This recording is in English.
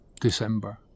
december